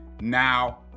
now